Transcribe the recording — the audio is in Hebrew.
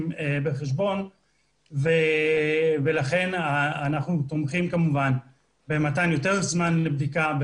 בחשבון ולכן אנחנו תומכים כמובן במתן יותר זמן לבדיקה,